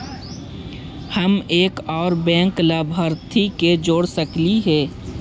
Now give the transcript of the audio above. हम एक और बैंक लाभार्थी के जोड़ सकली हे?